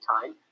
time